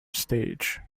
stage